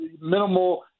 minimal